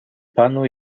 panu